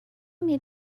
made